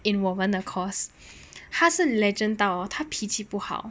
in 我们的 course 他是 legend 到 hor 他脾气不好